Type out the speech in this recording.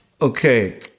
Okay